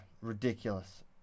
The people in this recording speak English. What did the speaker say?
ridiculous